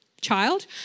child